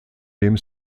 dem